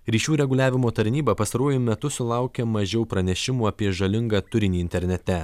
ryšių reguliavimo tarnyba pastaruoju metu sulaukia mažiau pranešimų apie žalingą turinį internete